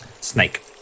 snake